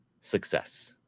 success